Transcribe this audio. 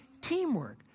teamwork